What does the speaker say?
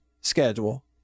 schedule